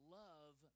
love